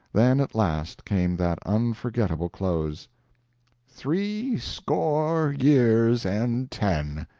then, at last, came that unforgetable close threescore years and ten!